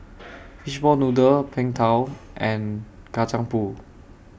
Fishball Noodle Png Tao and Kacang Pool